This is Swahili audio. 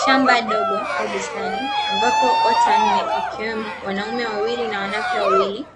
Shamba dogo au bustani, ambapo watu wanne wakiwemo wanaume wawili na wanawake wawili,